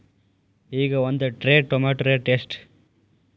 ಈಗ ಒಂದ್ tray tomato rate ಎಷ್ಟ?